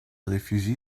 réfugie